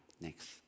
Next